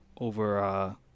over